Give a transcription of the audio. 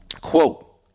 quote